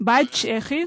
בית צ'כי,